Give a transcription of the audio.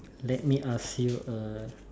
let me ask you a